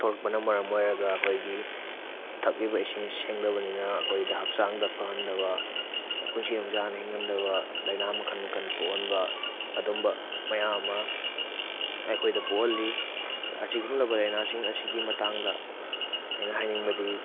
ꯊꯣꯛꯂꯛꯄꯅ ꯃꯔꯝ ꯑꯣꯏꯔꯒ ꯑꯩꯈꯣꯏꯒꯤ ꯊꯛꯂꯤꯕ ꯏꯁꯤꯡ ꯁꯦꯡꯗꯕꯅꯤꯅ ꯑꯩꯈꯣꯏꯗ ꯍꯛꯆꯥꯡꯗ ꯐꯍꯟꯗꯕ ꯄꯨꯟꯁꯤ ꯅꯨꯡꯁꯥꯡꯅ ꯍꯤꯡꯍꯟꯗꯕ ꯂꯥꯏꯅꯥ ꯃꯈꯜ ꯃꯈꯜ ꯄꯣꯛꯍꯟꯕ ꯑꯗꯨꯝꯕ ꯃꯌꯥꯝ ꯑꯃ ꯑꯩꯈꯣꯏꯗ ꯄꯣꯛꯍꯜꯂꯤ ꯑꯁꯤꯒꯨꯝꯂꯕ ꯂꯥꯏꯅꯥꯁꯤꯡ ꯑꯁꯤꯒꯤ ꯃꯇꯥꯡꯗ ꯑꯩꯅ ꯍꯥꯏꯅꯤꯡꯕꯗꯤ